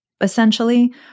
essentially